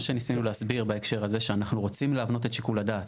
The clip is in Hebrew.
מה שניסינו להסביר בהקשר הזה שאנחנו רוצים להתנות את שיקול הדעת.